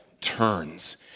turns